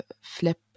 flip